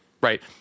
right